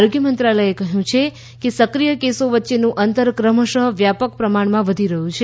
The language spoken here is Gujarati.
આરોગ્ય મંત્રાલયે કહ્યું છે કે સક્રિય કેસોવચ્ચેનું અંતર ક્રમશ વ્યાપક પ્રમાણમાં વધી રહ્યું છે